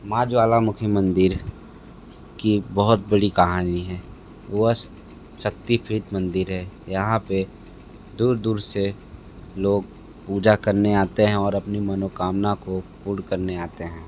माँ ज्वालामुखी मंदिर कि बहुत बड़ी कहानी है वह सक्तिपीठ मंदिर है यहाँ पर दूर दूर से लोग पूजा करने आते हैं और अपनी मनोकामना को पूर्ण करने आते हैं